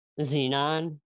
Xenon